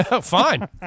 Fine